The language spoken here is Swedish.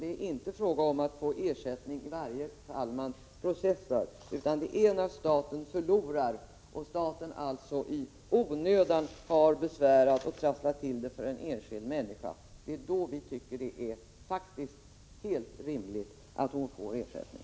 Det är inte fråga om att få ersättning för varje process man driver, utan det är när staten förlorar och alltså i onödan har besvärat och trasslat till det för en enskild människa. Det är i dessa fall vi tycker att det faktiskt är helt rimligt att hon får ersättning.